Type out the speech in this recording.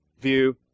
view